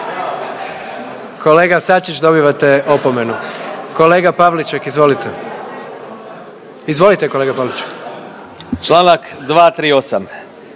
Kolega Sačić, dobivate opomenu. Kolega Pavliček, izvolite. Izvolite kolega Pavliček. **Pavliček,